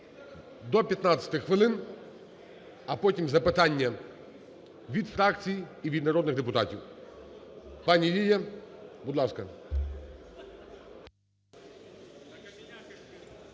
До 15 хвилин. А потім запитання від фракцій і від народних депутатів. Пані Лілія, будь ласка.